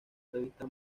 revista